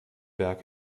berg